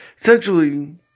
essentially